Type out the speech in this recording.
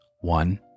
one